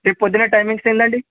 రేపొద్దున టైమింగ్స్ ఏంటండి